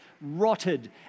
rotted